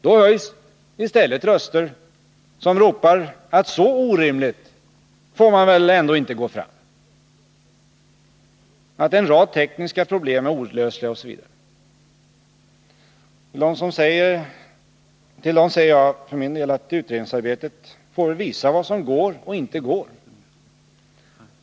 Då höjs i stället röster som ropar att så orimligt får man väl ändå inte gå fram, att en rad tekniska problem är olösliga osv. Till dem säger jag för min del att utredningsarbetet får visa vad som går och inte går.